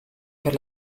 per